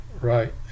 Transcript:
Right